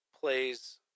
plays